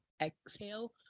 exhale